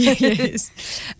Yes